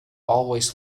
always